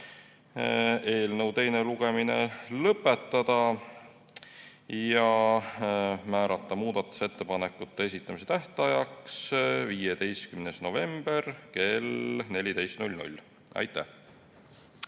eelnõu teine lugemine lõpetada ja määrata muudatusettepanekute esitamise tähtajaks 15. novembri kell 14. Aitäh!